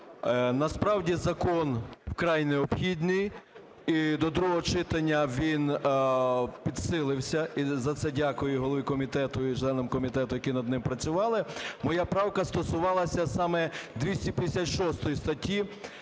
насправді, закон вкрай необхідний. І до другого читання він підсилився. І за це дякую голові комітету і членам комітету, які над ним працювали. Моя правка стосувалася саме 256 статті